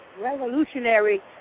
revolutionary